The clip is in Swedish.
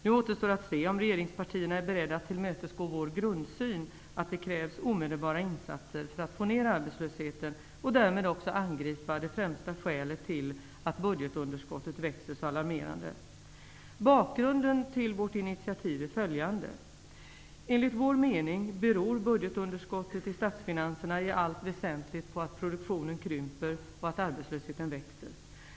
Nu återstår att se om regeringspartierna är beredda att dela vår grundsyn att det krävs omedelbara insatser för att få ner arbetslösheten och därmed också angripa det främsta skälet till att budgetunderskottet växer så alarmerande. Bakgrunden till vårt initiativ är följande: Enligt vår mening beror budgetunderskottet i statsfinanserna i allt väsentligt på att produktionen krymper och arbetslösheten växer.